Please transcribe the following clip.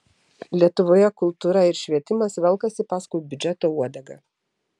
lietuvoje kultūra ir švietimas velkasi paskui biudžeto uodegą